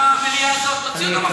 תוציא אותם החוצה.